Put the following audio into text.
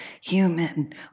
human